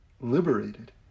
liberated